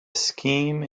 scheme